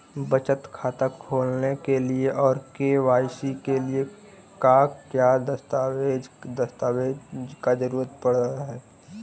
बचत खाता खोलने के लिए और के.वाई.सी के लिए का क्या दस्तावेज़ दस्तावेज़ का जरूरत पड़ हैं?